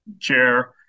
chair